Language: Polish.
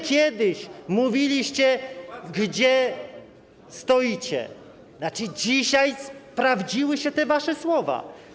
Kiedyś mówiliście, gdzie stoicie, a dzisiaj sprawdziły się te wasze słowa.